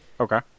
Okay